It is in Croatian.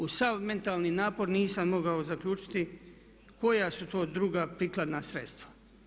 Uz sav mentalni napor nisam mogao zaključiti koja su to druga prikladna sredstva.